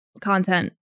content